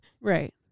right